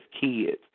kids